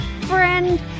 friend